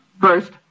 First